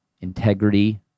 integrity